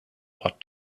what